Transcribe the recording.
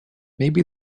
maybe